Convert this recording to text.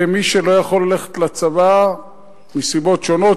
מי שלא יכול ללכת לצבא מסיבות שונות,